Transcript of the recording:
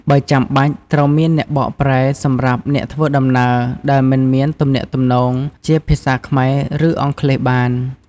បើចាំបាច់ ត្រូវមានអ្នកបកប្រែសម្រាប់អ្នកធ្វើដំណើរដែលមិនអាចទំនាក់ទំនងជាភាសាខ្មែរ ឬអង់គ្លេសបាន។